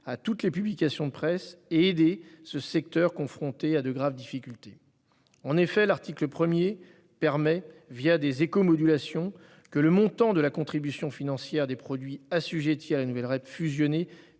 à toutes les publications de presse et aider ce secteur confronté à de graves difficultés. En effet, l'article 1 permet, des écomodulations, que le montant de la contribution financière des produits assujettis à la nouvelle REP fusionnée